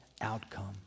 outcome